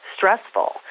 stressful